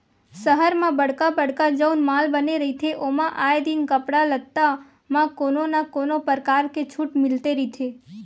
सहर म बड़का बड़का जउन माल बने रहिथे ओमा आए दिन कपड़ा लत्ता म कोनो न कोनो परकार के छूट मिलते रहिथे